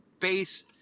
base